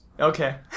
okay